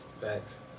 Thanks